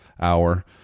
Hour